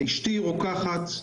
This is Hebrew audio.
אשתי רוקחת,